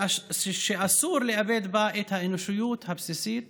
שאסור לאבד בה את האנושיות הבסיסית